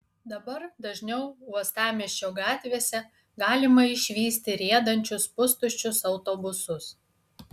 dabar dažniau uostamiesčio gatvėse galima išvysti riedančius pustuščius autobusus